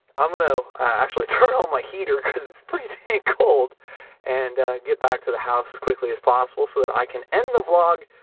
i'm gonna actually turn on my heater cause it's pretty dang cold and get back to the house as quickly as possible so that i can end the vlog,